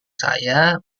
saya